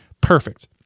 perfect